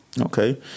Okay